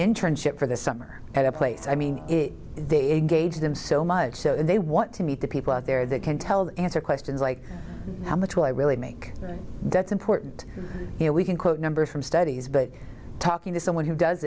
internship for the summer at a place i mean they engage them so much so they want to meet the people out there that can tell the answer questions like how much will i really make that's important you know we can quote numbers from studies but talking to someone who does